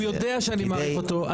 הוא יודע שאני מעריך אותו.